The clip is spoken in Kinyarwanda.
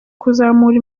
kuzamura